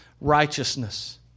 righteousness